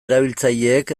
erabiltzaileek